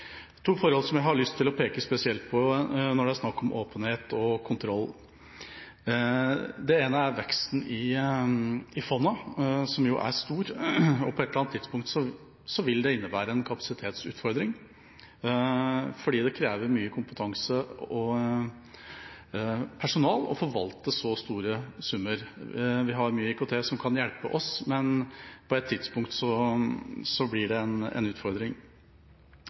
to forhold jeg har lyst til å peke spesielt på når det er snakk om åpenhet og kontroll. Det ene er veksten i fondet, som jo er stor. På et eller annet tidspunkt vil det innebære en kapasitetsutfordring fordi det krever mye kompetanse og personale å forvalte så store summer. Vi har mye IKT med som kan hjelpe oss, men på et tidspunkt blir det en utfordring. Det andre jeg vil ta opp, er konfliktrelatert eierskap. Jeg hadde i forrige uke en